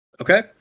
Okay